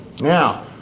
Now